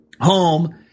home